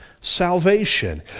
salvation